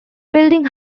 building